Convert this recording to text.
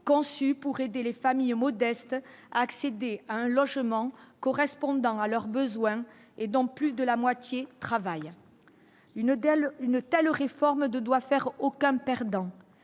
conçu pour aider les familles modestes à accéder à un logement correspondant à leurs besoins et donc plus de la moitié travaillent une telle, une telle réforme doit faire aucun perdant